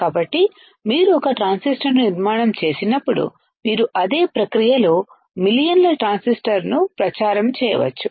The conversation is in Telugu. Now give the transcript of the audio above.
కాబట్టి మీరు ఒక ట్రాన్సిస్టర్ను నిర్మాణం చేసినప్పుడు మీరు అదే ప్రక్రియలో మిలియన్ల ట్రాన్సిస్టర్ను ప్రచారం చేయవచ్చు